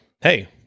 hey